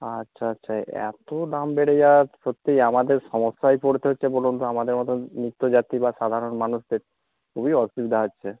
আচ্ছা আচ্ছা এত দাম বেড়ে যাওয়ায় সত্যি আমাদের সমস্যায় পড়তে হচ্ছে বলুন তো আমাদের মতন নিত্যযাত্রী বা সাধারণ মানুষদের খুবই অসুবিধা হচ্ছে